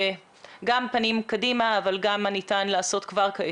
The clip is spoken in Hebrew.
גם פנים קדימה אבל גם מה ניתן לעשות כבר עתה.